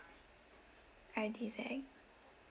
I D Z